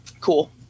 Cool